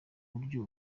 buryo